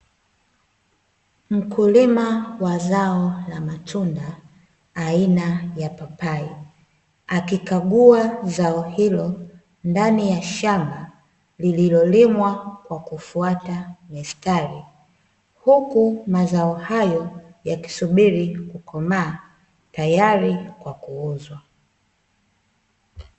Mkulima wa zao la matunda aina ya papai, akikagua zao hilo ndani ya shamba lililolimwa kwa kufuata mistari, huku mazao hayo yakisubiri kukomaa, tayari kwa kuuzwa.